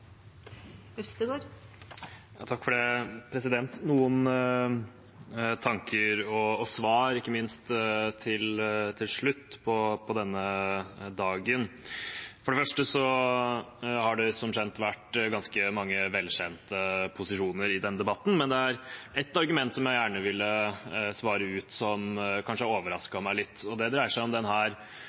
Noen tanker – og svar, ikke minst – til slutt på denne dagen: For det første har det, som kjent, vært ganske mange velkjente posisjoner i denne debatten. Men det er ett argument som jeg gjerne vil svare ut som kanskje har overrasket meg litt, og det dreier seg om